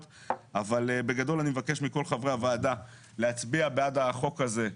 אבל בגדול אני מבקש מכל חברי הוועדה להצביע בעד החוק הזה.